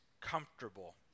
comfortable